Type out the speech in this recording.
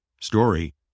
story